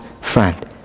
friend